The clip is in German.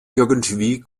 irgendwie